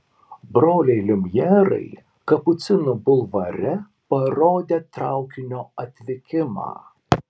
broliai liumjerai kapucinų bulvare parodė traukinio atvykimą